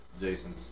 Jason